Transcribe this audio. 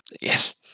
Yes